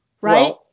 Right